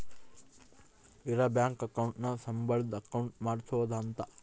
ಇರ bank account ನ ಸಂಬಳದ್ ಅಕೌಂಟ್ ಮಾಡ್ಸೋದ ಅಂತ